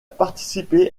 participé